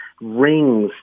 rings